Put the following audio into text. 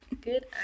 Good